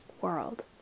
world